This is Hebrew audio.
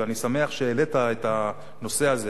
ואני שמח שהעלית את הנושא זה,